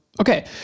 okay